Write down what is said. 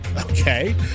okay